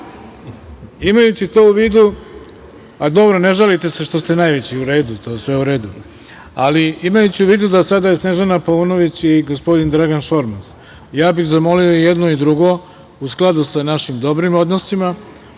pitanja. Imajući to u vidu, a dobro, ne žalite se što ste najveći, to je sve u redu, ali imajući u vidu da sada Snežana Paunović i gospodin Dragan Šormaz, ja bih zamolio i jedno i drugo, u skladu sa našim dobrim odnosima,